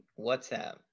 WhatsApp